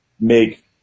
make